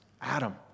Adam